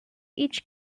each